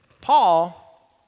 Paul